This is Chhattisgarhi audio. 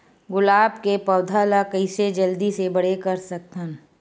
गुलाब के पौधा ल कइसे जल्दी से बड़े कर सकथन?